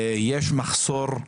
יש מחסור,